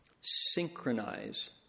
synchronize